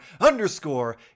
underscore